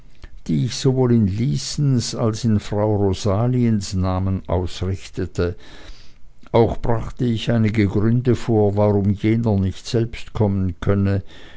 die ich sowohl in lysens als in frau rosaliens namen ausrichtete auch brachte ich einige gründe vor warum jener nicht selbst kommen könne